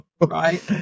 Right